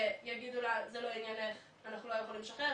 ויגידו לה: זה לא עניינך, אנחנו לא יכולים לשחרר.